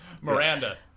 miranda